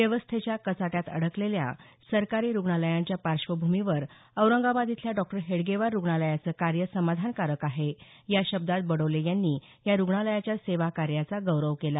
व्यवस्थेच्या कचाट्यात अडकलेल्या सरकारी रुग्णालयांच्या पार्श्वभूमीवर औरंगाबाद इथल्या डॉ हेडगेवार रुग्णालयाचं कार्य समाधानकारक आहे या शब्दांत बडोले यांनी या रुग्णालयाच्या सेवाकार्याचा गौरव केला